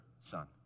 son